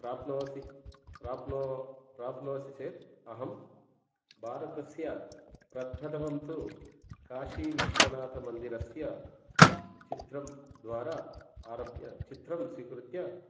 प्राप्नोसि प्राप्नो प्राप्नोसि चेत् अहं भारतस्य प्रप्रथमं तु काशीविश्वनाथमन्दिरस्य चित्र द्वारा आरभ्य चित्रं स्वीकृत्य